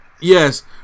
Yes